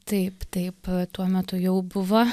taip taip tuo metu jau buvo